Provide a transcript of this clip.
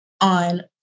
on